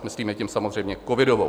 Myslíme tím samozřejmě covidovou.